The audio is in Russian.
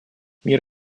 мир